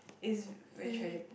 it's very tragic